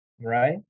Right